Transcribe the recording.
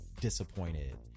disappointed